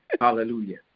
Hallelujah